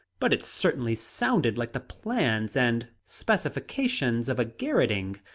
but it certainly sounded like the plans and specifications of a garroting!